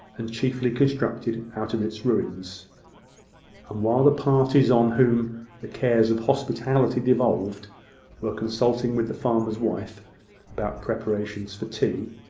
and chiefly constructed out of its ruins and while the parties on whom the cares of hospitality devolved were consulting with the farmer's wife about preparations for tea,